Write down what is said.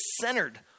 centered